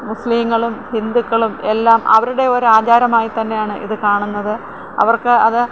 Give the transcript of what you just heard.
മുസ്ലീങ്ങളും ഹിന്ദുക്കളും എല്ലാം അവരുടെ ഒരു ആചാരമായിത്തന്നെയാണ് ഇത് കാണുന്നത് അവര്ക്ക് അത്